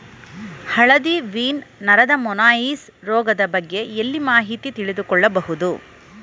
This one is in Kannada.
ಹಳದಿ ವೀನ್ ನರದ ಮೊಸಾಯಿಸ್ ರೋಗದ ಬಗ್ಗೆ ಎಲ್ಲಿ ಮಾಹಿತಿ ತಿಳಿದು ಕೊಳ್ಳಬಹುದು?